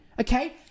Okay